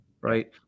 right